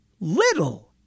little